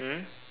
mm